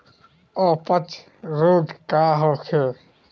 अपच रोग का होखे?